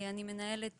אני מנהלת